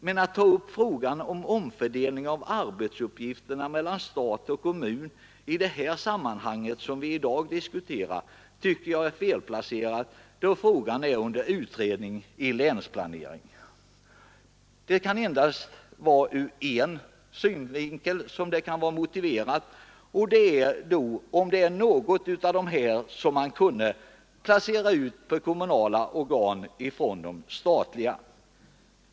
Men att ta upp frågan om omfördelning av arbetsuppgifterna mellan stat och kommun i det sammanhang som vi i dag diskuterar tycker jag är felplacerat, då frågan är under utredning i länsberedningen. Det kan endast vara ur en synvinkel som det kan vara motiverat, och om det är någon av de här uppgifterna som man kunde placera ut på kommunala organ från de statliga.